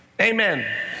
Amen